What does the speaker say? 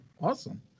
Awesome